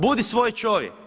Budi svoj čovjek.